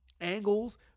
angles